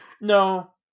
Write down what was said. No